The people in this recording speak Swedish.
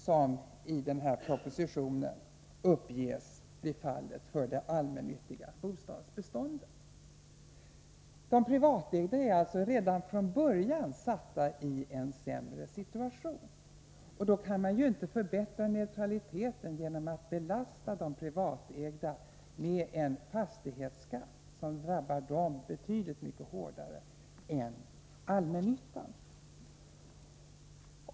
som i propositionen uppges bli följden för det allmännyttiga bostadsbeståndet. De privatägda är alltså redan från början i en sämre situation, och då kan man ju inte förbättra neutraliteten genom att belasta de privatägda med en fastighetsskatt som drabbar dem betydligt hårdare än allmännyttan.